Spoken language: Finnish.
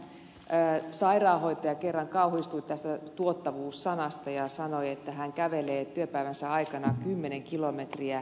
eräs sairaanhoitaja kerran kauhistui tästä tuottavuus sanasta ja sanoi että hän kävelee työpäivänsä aikana kymmenen kilometriä